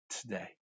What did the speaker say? today